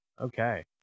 okay